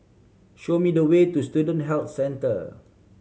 show me the way to Student Health Centre